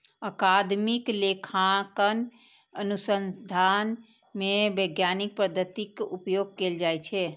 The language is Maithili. अकादमिक लेखांकन अनुसंधान मे वैज्ञानिक पद्धतिक उपयोग कैल जाइ छै